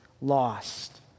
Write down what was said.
lost